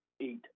eight